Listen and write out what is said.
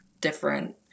different